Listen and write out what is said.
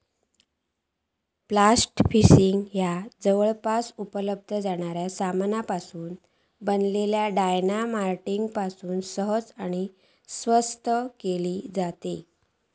blast fishing ह्या जवळपास उपलब्ध जाणाऱ्या सामानापासून बनलल्या डायना माईट पासून सहज आणि स्वस्तात केली जाता